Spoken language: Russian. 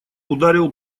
ударил